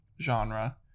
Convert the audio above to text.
genre